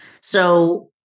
So-